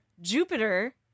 Jupiter